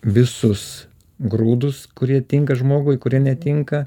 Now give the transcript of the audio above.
visus grūdus kurie tinka žmogui kurie netinka